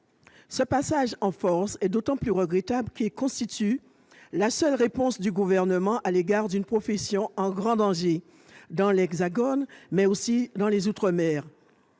Ce passage en force est d'autant plus regrettable qu'il constitue la seule réponse du Gouvernement à l'égard d'une profession en grande difficulté dans l'Hexagone, mais aussi dans les outre-mer.